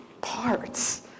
parts